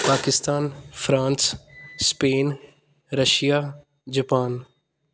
Pakistan France Spain Russia Japan